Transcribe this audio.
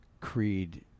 Creed